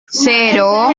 cero